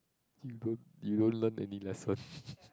you don~ you don't learn any lesson